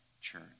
church